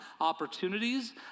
opportunities